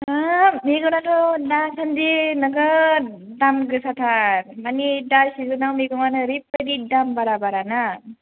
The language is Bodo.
हाब मैगंआथ' दासान्दि नोगोद दाम गोसाथार माने दा सिजोनाव मैगंआनो ओरैबायदि दाम बारा बाराना